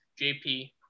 JP